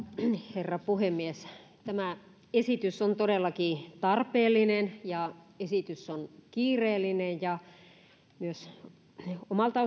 herra puhemies tämä esitys on todellakin tarpeellinen ja esitys on kiireellinen myös omalta